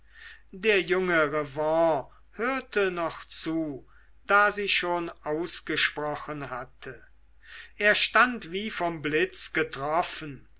der junge revanne hörte noch zu da sie schon ausgesprochen hatte er stand wie vom blitz getroffen